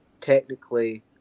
technically